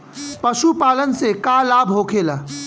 पशुपालन से का लाभ होखेला?